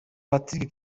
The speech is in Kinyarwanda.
patrick